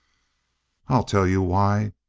i'll tell you why.